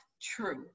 true